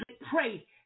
pray